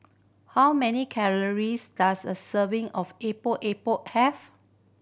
how many calories does a serving of Epok Epok have